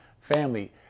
family